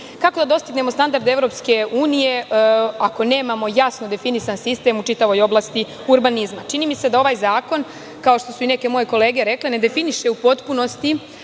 tako. Kako da dostignemo standard Evropske unije, ako nemamo jasno definisan sistem u čitavoj oblasti urbanizma. Čini mi se da ovaj zakon, kao što su i neke moje kolege rekle definiše u potpunosti